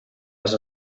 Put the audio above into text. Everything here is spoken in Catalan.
les